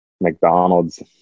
McDonald's